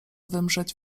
wymrzeć